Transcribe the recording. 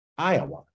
Iowa